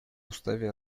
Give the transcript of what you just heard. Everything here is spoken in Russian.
уставе